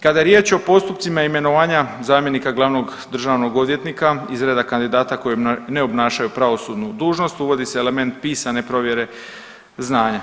Kada je riječ o postupcima imenovanja zamjenika glavnog državnog odvjetnika iz reda kandidata koji ne obnašaju pravosudnu dužnost uvodi se element pisane provjere znanja.